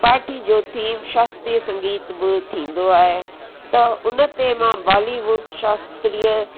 party जो theme शास्त्रीअ संगीत बि थींदो आहे त हुन ते मां बॉलीवुड शास्त्रीअ